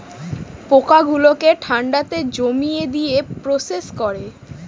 পোকা গুলোকে ঠান্ডাতে জমিয়ে দিয়ে প্রসেস করে